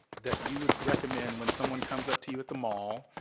that you would recommend when someone comes up to you at the mall,